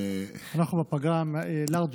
אנחנו לארג'ים.